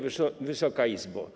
Wysoka Izbo!